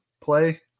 play